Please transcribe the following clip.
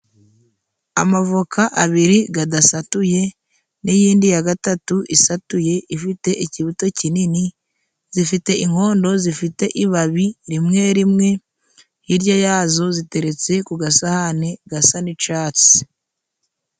Amavoka abiri gadasatuye n'iyindi ya gatatu isatuye ifite ikibuto kinini zifite inkondo zifite ibabi rimwe rimwe hirya yazo ziteretse ku gasahane gasa n'icahatsi.